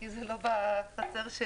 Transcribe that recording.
כי זה לא בחצר שלי.